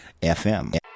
FM